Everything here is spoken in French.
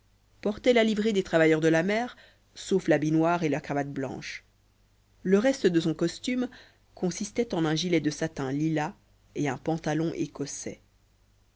portait la livrée des travailleurs de la mer sauf l'habit noir et la cravate blanche le reste de son costume consistait en un gilet de satin lilas et un pantalon écossais